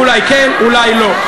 אולי כן, אולי לא.